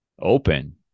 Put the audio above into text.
open